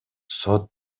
сот